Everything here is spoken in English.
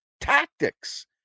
tactics